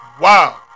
wow